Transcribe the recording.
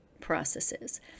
processes